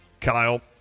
Kyle